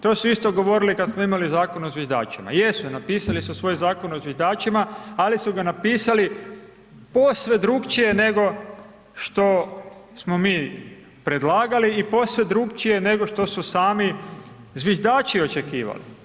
To su isto govorili kad smo imali zakon o zviždačima, jesu, napisali su svoj zakon o zviždačima ali su ga napisali posve drukčije nego što smo mi predlagali i posve drukčije nego što su sami zviždači očekivali.